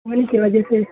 پانی کی وجہ سے